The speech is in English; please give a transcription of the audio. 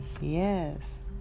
Yes